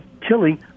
killing